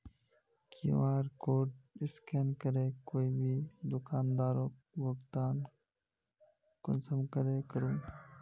QR code scan करे कोई भी दुकानदारोक भुगतान कुंसम करे करूम?